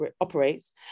operates